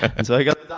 and so i got